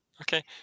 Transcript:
Okay